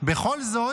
בכל זאת,